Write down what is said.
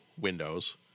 windows